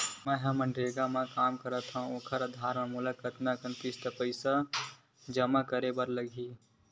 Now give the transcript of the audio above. मैं मनरेगा म काम करथव, ओखर आधार म मोला कतना किस्त म पईसा जमा करे बर लगही?